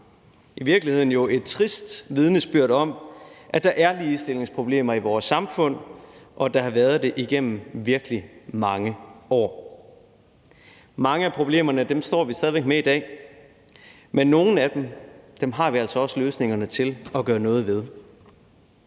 I virkeligheden er det jo et trist vidnesbyrd om, at der er ligestillingsproblemer i vores samfund, og at der har været det igennem virkelig mange år. Mange af problemerne står vi stadig væk med i dag, men nogle af dem har vi altså også løsningerne til at gøre noget ved.